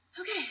Okay